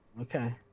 Okay